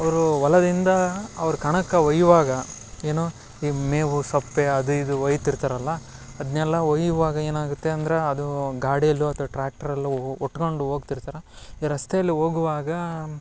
ಅವರು ಹೊಲದಿಂದ ಅವ್ರು ಕಣಕ್ಕೆ ಒಯ್ಯುವಾಗ ಏನು ಈ ಮೇವು ಸೊಪ್ಪು ಅದು ಇದು ಒಯ್ತಿರ್ತಾರಲ್ಲ ಅದನ್ನೆಲ್ಲ ಒಯ್ಯುವಾಗ ಏನಾಗುತ್ತೆ ಅಂಡ್ರೆ ಅದು ಗಾಡಿಯಲ್ಲೋ ಅಥ್ವಾ ಟ್ರ್ಯಾಕ್ಟ್ರಲ್ಲೋ ಒಟ್ಕಂಡು ಹೋಗ್ತಿರ್ತಾರ ಈ ರಸ್ತೆಲಿ ಹೋಗುವಾಗಾ